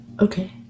Okay